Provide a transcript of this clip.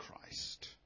Christ